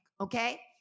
okay